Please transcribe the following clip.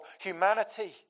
humanity